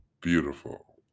beautiful